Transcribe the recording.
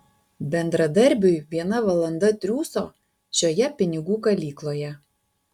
bendradarbiui viena valanda triūso šioje pinigų kalykloje